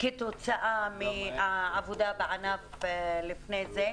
כתוצאה מהעבודה בענף לפני זה,